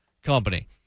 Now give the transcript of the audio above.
Company